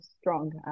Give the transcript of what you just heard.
strong